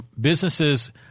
businesses –